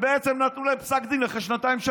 בעצם נתנו להם פסק דין אחרי שנתיים-שלוש.